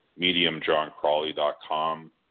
mediumjohncrawley.com